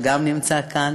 שגם נמצא כאן.